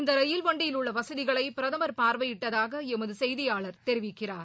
இந்த ரயில் வண்டியிலுள்ள வசதிகளை பிரதமர் பார்வையிட்டதாக எமது செய்தியாளர் தெரிவிக்கிறார்